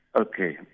Okay